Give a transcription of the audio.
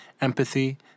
empathy